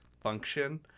function